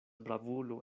bravulo